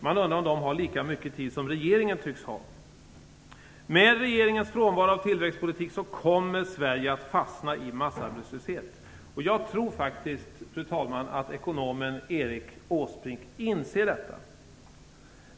Har de lika mycket tid som regeringen tycks ha? Med regeringens frånvaro av tillväxtpolitik kommer Sverige att fastna i massarbetslöshet. Jag tror faktiskt, fru talman, att ekonomen Erik Åsbrink inser detta.